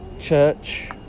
church